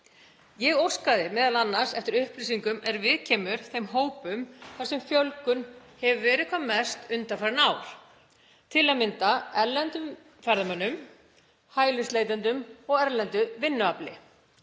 Ég óskaði m.a. eftir upplýsingum er viðkemur þeim hópum þar sem fjölgun hefur verið hvað mest undanfarin ár, til að mynda erlendum ferðamönnum, hælisleitendum og erlendu vinnuafli.